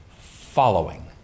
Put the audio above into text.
following